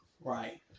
Right